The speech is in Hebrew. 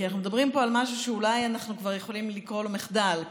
כי אנחנו מדברים פה על משהו שאולי אנחנו כבר יכולים לקרוא לו מחדל,